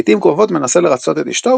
לעיתים קרובות מנסה לרצות את אשתו